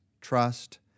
trust